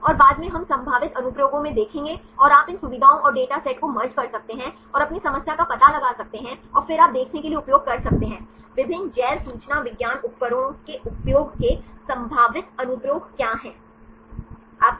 और बाद में हम संभावित अनुप्रयोगों में देखेंगे और आप इन सुविधाओं और डेटा सेट को मर्ज कर सकते हैं और अपनी समस्या का पता लगा सकते हैं और फिर आप देखने के लिए उपयोग कर सकते हैं विभिन्न जैव सूचना विज्ञान उपकरणों के उपयोग के संभावित अनुप्रयोग क्या हैं